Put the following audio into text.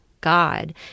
God